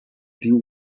deal